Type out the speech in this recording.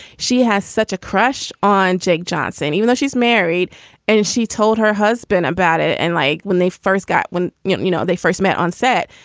she has such a crush on jake johnson, even though she's married and she told her husband about it. and like when they first got when you know you know they first met on set,